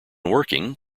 working